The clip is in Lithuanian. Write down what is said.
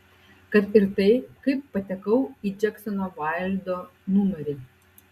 kad ir tai kaip patekau į džeksono vaildo numerį